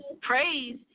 praise